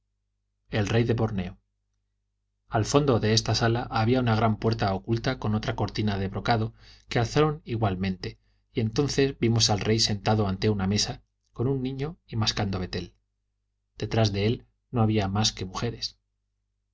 el rey de borneo al fondo de esta sala había una gran puerta oculta con otra cortina de brocado que alzaron igualmente y entonces vimos al rey sentado ante una mesa con un niño y mascando betel detrás de él no había mas que mujeres